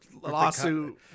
lawsuit